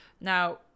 Now